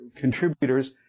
contributors